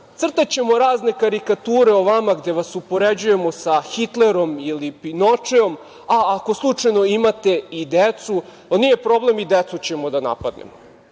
Crtaćemo razne karikature o vama gde vas upoređujemo sa Hitlerom ili Pinočeom, a ako slučajno imate i decu, nije problem, i decu ćemo da napadnemo. Gde